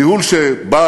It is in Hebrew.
ניהול שבא,